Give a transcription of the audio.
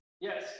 Yes